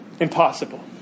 Impossible